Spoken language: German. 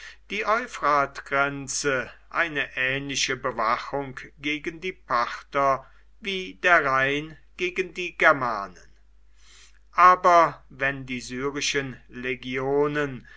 die euphratgrenze eine ähnliche bewachung gegen die parther wie der rhein gegen die germanen aber wenn die syrischen legionen